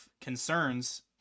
concerns